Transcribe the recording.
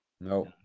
No